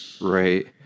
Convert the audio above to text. right